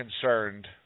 concerned